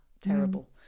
terrible